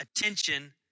attention